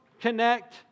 connect